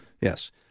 Yes